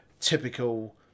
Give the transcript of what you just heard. typical